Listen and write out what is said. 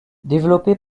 développée